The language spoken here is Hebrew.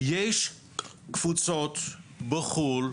יש קבוצות בחו"ל,